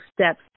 steps